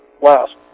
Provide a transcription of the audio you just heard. last